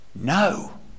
No